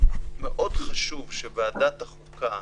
שוועדת החוקה